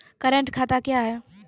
Current खाता क्या हैं?